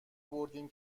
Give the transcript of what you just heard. بردیم